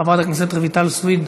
חברת הכנסת רויטל סויד,